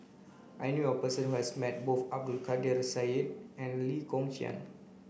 I knew a person who has met both Abdul Kadir Syed and Lee Kong Chian